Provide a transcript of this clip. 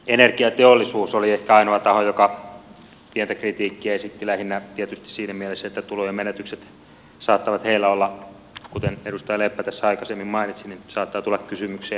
energiateollisuus oli ehkä ainoa taho joka pientä kritiikkiä esitti lähinnä tietysti siinä mielessä että tulojen menetykset saattavat heillä kuten edustaja leppä tässä aikaisemmin mainitsi tulla kysymykseen